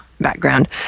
background